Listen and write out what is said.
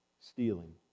Stealing